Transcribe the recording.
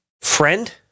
friend